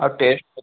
ଆଉ ଟେଷ୍ଚ